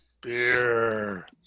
Beer